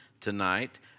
tonight